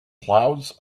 clouds